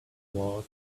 was